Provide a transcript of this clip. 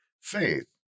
faith